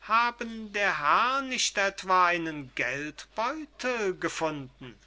haben der herr nicht etwa einen geldbeutel gefunden